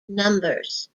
numbers